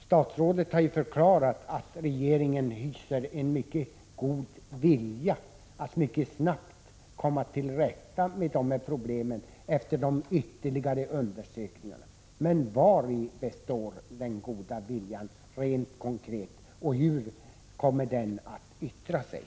Statrådet har ju förklarat att regeringen hyser en mycket god vilja till att mycket snabbt komma till rätta med dessa problem efter de ytterligare undersökningar som skall företas. Men vari består rent konkret den goda viljan och hur kommer den att yttra sig?